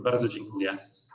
Bardzo dziękuję.